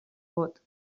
vot